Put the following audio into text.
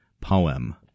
poem